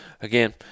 again